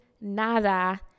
nada